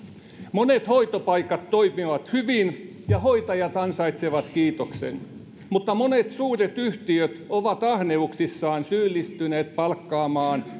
monet hoitopaikat toimivat hyvin ja hoitajat ansaitsevat kiitoksen mutta monet suuret yhtiöt ovat ahneuksissaan syyllistyneet palkkaamaan